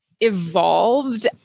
evolved